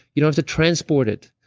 you don't have to transport it.